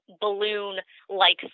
balloon-like